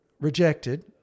rejected